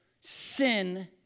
sin